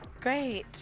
Great